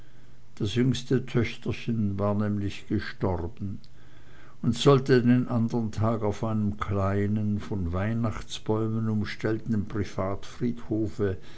das jüngste töchterchen war nämlich gestorben und sollte den andern tag schon auf einem kleinen von weihnachtsbäumen umstellten privatfriedhofe